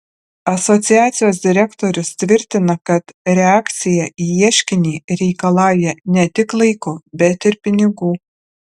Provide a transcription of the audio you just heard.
asociacijos direktorius tvirtina kad reakcija į ieškinį reikalauja ne tik laiko bet ir pinigų